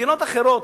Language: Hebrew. במדינות אחרות,